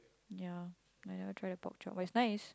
ya I never try the pork chop but it's nice